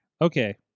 Okay